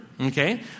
Okay